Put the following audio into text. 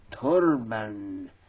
turban